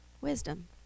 wisdom